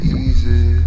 easy